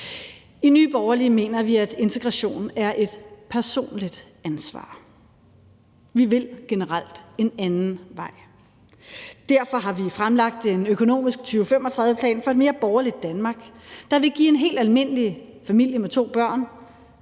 I Nye Borgerlige mener vi, at integration er et personligt ansvar. Vi vil generelt en anden vej. Derfor har vi fremlagt en økonomisk 2035-plan for et mere borgerligt Danmark, der vil give en helt almindelig familie med to børn